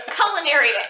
culinary